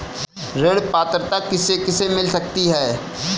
ऋण पात्रता किसे किसे मिल सकती है?